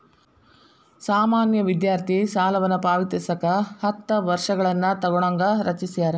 ಸಾಮಾನ್ಯ ವಿದ್ಯಾರ್ಥಿ ಸಾಲವನ್ನ ಪಾವತಿಸಕ ಹತ್ತ ವರ್ಷಗಳನ್ನ ತೊಗೋಣಂಗ ರಚಿಸ್ಯಾರ